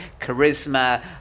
charisma